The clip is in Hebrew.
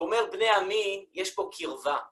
אומר בני עמי, יש פה קרבה.